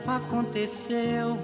aconteceu